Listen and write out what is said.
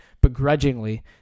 begrudgingly